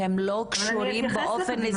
שהם לא קשורים באופן ספציפי.